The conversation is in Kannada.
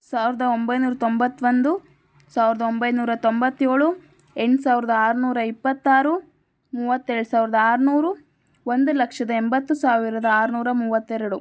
ಸಾವಿರದ ಒಂಬೈನೂರ ತೊಂಬತ್ತೊಂದು ಸಾವಿರದ ಒಂಬೈನೂರ ತೊಂಬತ್ತೇಳು ಎಂಟು ಸಾವಿರದ ಆರ್ನೂರ ಇಪ್ಪತ್ತಾರು ಮೂವತ್ತೇಳು ಸಾವಿರದ ಆರ್ನೂರು ಒಂದು ಲಕ್ಷದ ಎಂಬತ್ತು ಸಾವಿರದ ಆರ್ನೂರ ಮೂವತ್ತೆರಡು